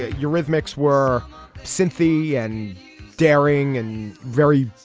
eurythmics were cynthy and daring and very,